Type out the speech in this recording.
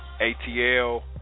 ATL